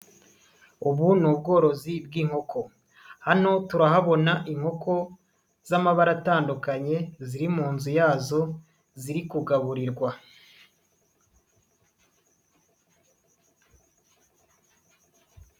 Ubu ni ubworozi bw'inkoko, hano turahabona inkoko z'amabara atandukanye, ziri mu nzu yazo, ziri kugaburirwa.